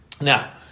now